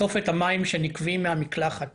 הרגשתי